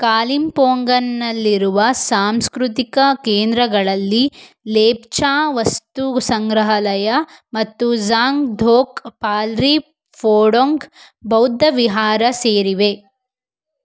ಕಾಲಿಂಪೋಂಗನ್ನಲ್ಲಿರುವ ಸಾಂಸ್ಕೃತಿಕ ಕೇಂದ್ರಗಳಲ್ಲಿ ಲೇಪ್ಚಾ ವಸ್ತು ಸಂಗ್ರಹಾಲಯ ಮತ್ತು ಜಾಂಗ್ ಧೋಕ್ ಪಾಲ್ರಿ ಫೋಡೋಂಗ್ ಬೌದ್ಧ ವಿಹಾರ ಸೇರಿವೆ